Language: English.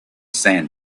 sand